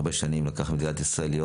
הרבה שנים לקח למדינת ישראל להיות.